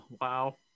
wow